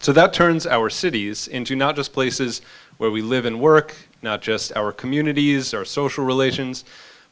so that turns our cities into not just places where we live and work not just our communities our social relations